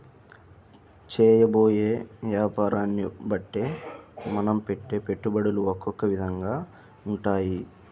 చేయబోయే యాపారాన్ని బట్టే మనం పెట్టే పెట్టుబడులు ఒకొక్క విధంగా ఉంటాయి